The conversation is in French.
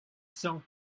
cent